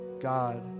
God